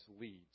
leads